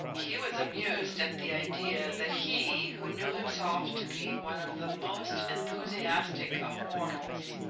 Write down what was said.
he was amused at the idea that he, who knew himself to be one of the most enthusiastic of mortals,